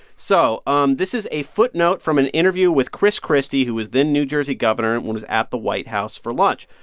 so um this is a footnote from an interview with chris christie, who was then new jersey governor and was at the white house for lunch.